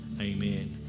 Amen